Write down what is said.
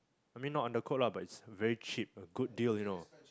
I mean not under quote lah but it's very cheap a good deal you know